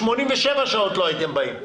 87 שעות לא הייתם באים.